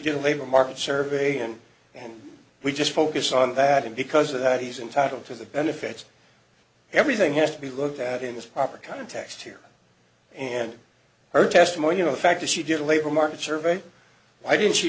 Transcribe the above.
a labor market survey and we just focus on that and because of that he's entitled to the benefits everything has to be looked at in the proper context here and her testimony you know the fact that she did a labor market survey why didn't